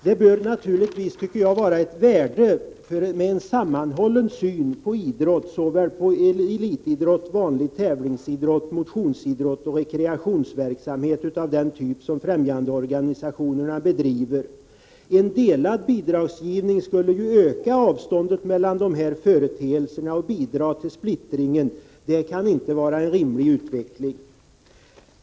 Det bör naturligtvis vara ett värde med en sammanhållen syn på idrotten — såväl elitidrott som vanlig tävlingsidrott, motionsidrott och rekreationsverksamhet av den typ som främjandeorganisationerna bedriver. En delad bidragsgivning skulle öka avståndet mellan de här företeelserna och skärpa splittringen. Det kan inte vara en rimlig utveckling.